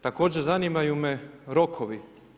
Također zanimaju me rokovi.